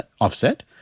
offset